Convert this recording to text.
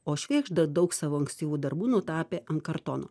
o švėgžda daug savo ankstyvų darbų nutapė ant kartono